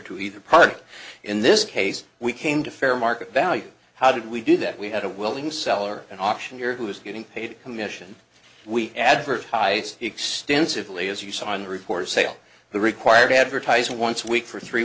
to either party in this case we came to fair market value how did we do that we had a willing seller an auctioneer who was getting paid commission we advertised extensively as you saw in the report sale the required advertising once week for three